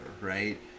right